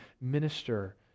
minister